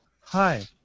hi